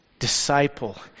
Disciple